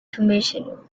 commissioner